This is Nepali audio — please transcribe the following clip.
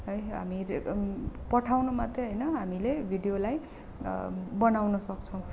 है हामी पठाउन मात्रै होइन हामीले भिडियोलाई बनाउन सक्छौँ